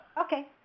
Okay